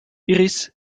iris